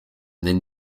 then